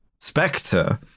Spectre